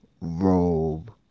robe